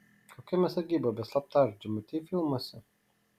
kokia mes sargyba be slaptažodžių matei filmuose